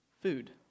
food